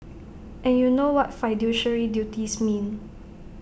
and you know what fiduciary duties mean